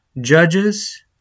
Judges